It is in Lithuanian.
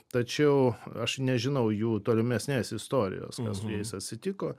tačiau aš nežinau jų tolimesnės istorijos kas su jais atsitiko